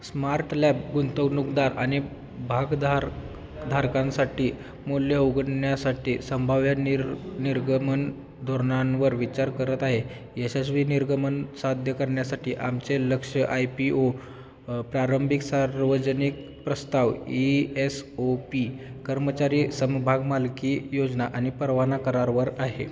smart lab गुंतवणूकदार आणि भागधार क् धारकांसाठी मूल्य उघडण्यासाठी संभाव्य निरर् निर्गमन धोरणांवर विचार करत आहे यशस्वी निर्गमन साध्य करण्यासाठी आमचे लक्ष आय पी ओ प्रारंभिक सार्वजनिक प्रस्ताव ई एस ओ प्यी कर्मचारी समभाग मालकी योजना आणि परवाना करारावर आहे